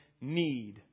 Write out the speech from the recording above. need